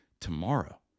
tomorrow